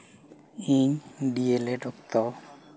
ᱤᱧ D El Ed ᱚᱠᱛᱚ